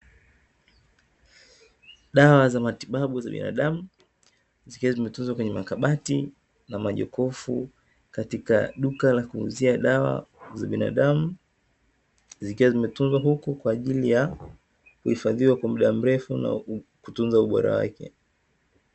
Dawa za matibabu za binadamu, zikiwa zimetunzwa kwenye makabati na majokofu, katika Duka la kuuzia dawa za binadamu, zikiwa zimetunzwa uku kwa ajili ya kuhifadhiwa kwa mda mrefu na kutunza ubora wake.